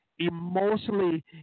emotionally